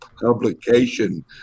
publication